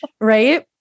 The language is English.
right